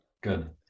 Good